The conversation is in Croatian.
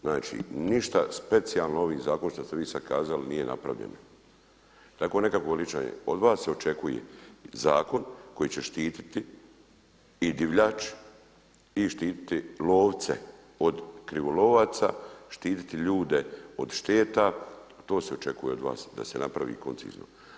Znači ništa specijalno ovim zakonom što ste vi sada kazali nije napravljeno. … od vas se očekuje zakon koji će štiti i divljač i štititi lovce od krivolovaca, štititi ljude od šteta, to se očekuje od vas da se napravi koncizno.